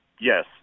Yes